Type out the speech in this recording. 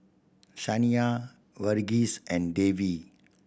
Saina Verghese and Devi